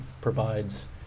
provides